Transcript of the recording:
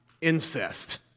incest